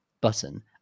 button